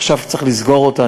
עכשיו צריך לסגור אותה.